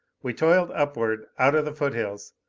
we toiled upward, out of the foothills,